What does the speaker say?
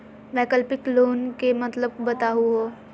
वैकल्पिक लोन के मतलब बताहु हो?